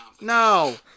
no